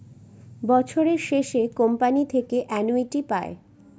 বছরের শেষে কোম্পানি থেকে অ্যানুইটি পায়